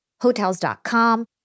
Hotels.com